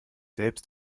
selbst